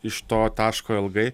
iš to taško ilgai